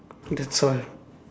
that's all